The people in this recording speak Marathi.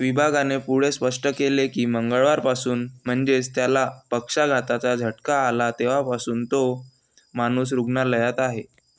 विभागाने पुढं स्पष्ट केले की मंगळवारपासून म्हणजेच त्याला पक्षाघाताचा झटका आला तेव्हापासून तो माणूस रुग्णालयात आहे